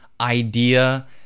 idea